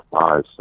five